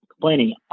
complaining